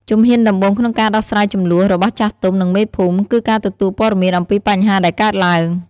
ជំហានដំបូងក្នុងការដោះស្រាយជម្លោះរបស់ចាស់ទុំ និងមេភូមិ គឺការទទួលព័ត៌មានអំពីបញ្ហាដែលកើតឡើង។